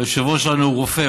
היושב-ראש שלנו הוא רופא,